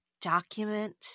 document